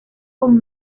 con